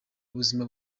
ubuzima